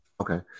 Okay